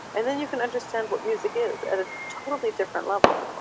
and then you can understand what music is at a totally different level.